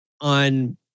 on